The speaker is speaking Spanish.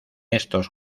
estos